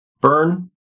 burn